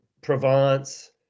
Provence